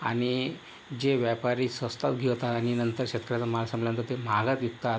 आणि जे व्यापारी स्वस्तात घेतात आणि नंतर शेतकऱ्याचा माल संपल्यानंतर ते महागात विकतात